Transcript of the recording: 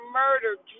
murdered